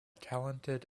talented